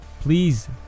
please